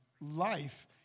life